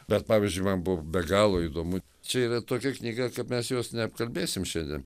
bet pavyzdžiui man buvo be galo įdomu čia yra tokia knyga kad mes jos neapkalbėsim šiandien